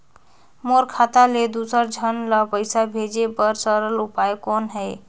मोर खाता ले दुसर झन ल पईसा भेजे बर सरल उपाय कौन हे?